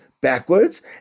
Backwards